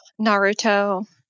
Naruto